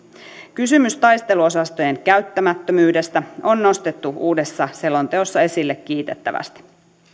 kysymys taisteluosastojen käyttämättömyydestä on nostettu uudessa selonteossa esille kiitettävästi